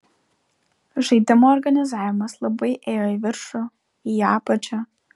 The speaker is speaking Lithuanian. žaidimo organizavimas labai ėjo į viršų į apačią